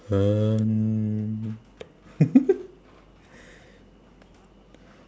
hand